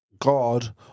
God